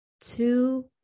two